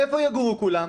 איפה יגורו כולם?